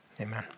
Amen